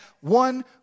one